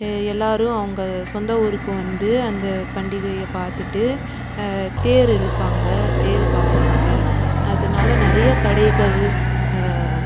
எல்லாரும் அவங்க சொந்த ஊருக்கு வந்து அந்த பண்டிகைய பாத்துட்டு தேர் இழுப்பாங்க தேர் பார்ப்பாங்க அதனால நிறையா கடைகள்